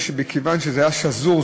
מכיוון שזה היה שזור,